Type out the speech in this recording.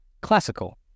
classical